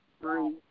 three